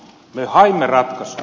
me haimme ratkaisua